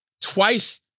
twice